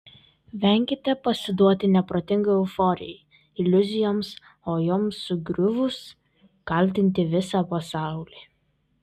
venkite pasiduoti neprotingai euforijai iliuzijoms o joms sugriuvus kaltinti visą pasaulį